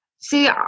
See